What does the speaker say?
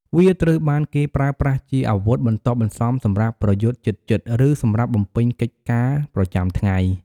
វាត្រូវបានគេប្រើប្រាស់ជាអាវុធបន្ទាប់បន្សំសម្រាប់ប្រយុទ្ធជិតៗ ឬសម្រាប់បំពេញកិច្ចការប្រចាំថ្ងៃ។